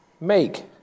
make